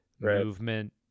movement